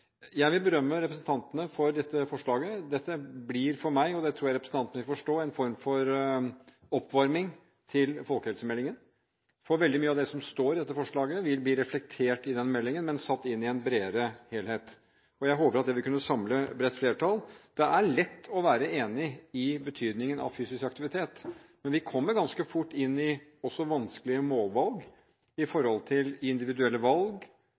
Jeg vil berømme representantene for dette forslaget. Dette blir for meg – og det tror jeg representantene vil forstå – en form for oppvarming til folkehelsemeldingen. Veldig mye av det som står i dette forslaget, vil bli reflektert i meldingen, men satt inn i en bredere helhet, og jeg håper at det vil kunne samle et bredt flertall. Det er lett å være enig i betydningen av fysisk aktivitet, men vi kommer også ganske fort inn i vanskelige målvalg når det gjelder individuelle valg,